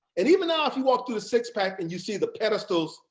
and even though if you walk through the six pack and you see the pedestals,